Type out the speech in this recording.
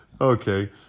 Okay